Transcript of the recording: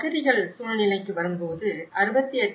அகதிகள் சூழ்நிலைக்கு வரும்போது 68